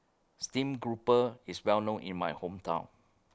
Stream Grouper IS Well known in My Hometown